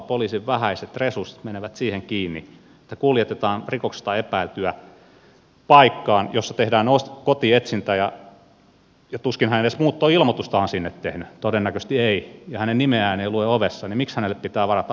poliisin vähäiset resurssit menevät siihen kiinni että kuljetetaan rikoksesta epäiltyä paikkaan jossa tehdään kotietsintä ja tuskin kutvonen edes muuttoilmoitusta on sinne tehnyt todennäköisesti ei ja hänen nimeään ei lue ovessa niin mksi hänelle pitää varata mahdollisuus olla läsnä